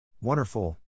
Wonderful